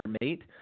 mate